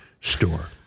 store